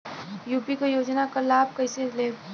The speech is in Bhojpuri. यू.पी क योजना क लाभ कइसे लेब?